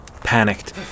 Panicked